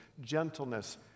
gentleness